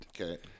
Okay